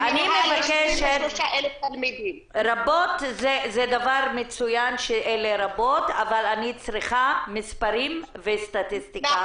מצוין, אבל אני צריכה מספרים וסטטיסטיקה.